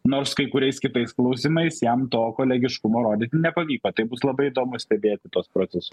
nors kai kuriais kitais klausimais jam to kolegiškumo rodyti nepavyko tai bus labai įdomu stebėti tuos procesus